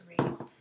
raise